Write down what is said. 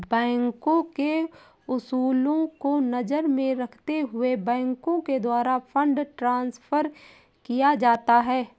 बैंकों के उसूलों को नजर में रखते हुए बैंकों के द्वारा फंड ट्रांस्फर किया जाता है